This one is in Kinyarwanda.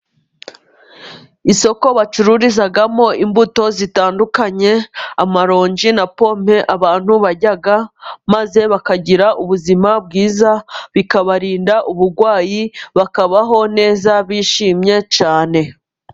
Isoko bacururizamo imbuto zitandukanye:amarongi na pome. Abantu barya maze bakagira ubuzima bwiza bikabarinda uburwayi. Bakabaho neza bishimye cyane.